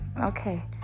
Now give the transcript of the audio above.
okay